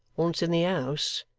once in the house,